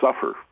suffer